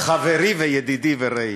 חברי וידידי ורעי,